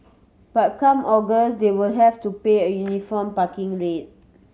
but come August they will all have to pay a uniform parking rate